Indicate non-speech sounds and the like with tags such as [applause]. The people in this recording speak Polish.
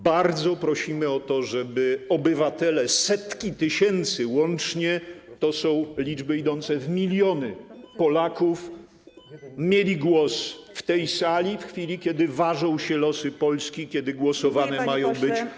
Bardzo prosimy o to, żeby obywatele, setki tysięcy, łącznie to są liczby idące w miliony, [noise] Polaków miały głos w tej sali w chwili, kiedy ważą się losy Polski, kiedy przegłosowane mają być.